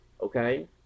Okay